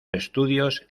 estudios